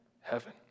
heaven